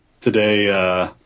Today